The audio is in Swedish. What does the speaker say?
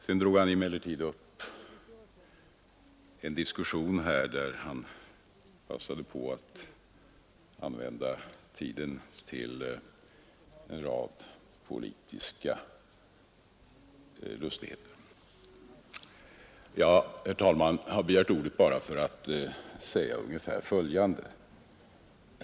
Sedan drog han emellertid upp en diskussion och passade på att använda tiden till en rad politiska lustigheter. Jag har begärt ordet bara för att säga följande.